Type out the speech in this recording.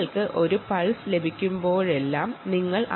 നിങ്ങൾക്ക് ഓരോ പൾസ് ലഭിക്കുമ്പോഴും നിങ്ങൾ പൾസ് വിവരങ്ങൾ റിക്കോഡ് ചെയ്യുക